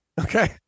Okay